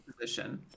Position